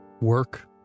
work